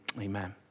amen